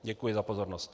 Děkuji za pozornost.